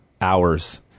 hours